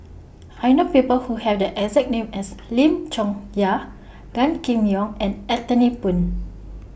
I know People Who Have The exact name as Lim Chong Yah Gan Kim Yong and Anthony Poon